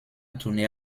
tourné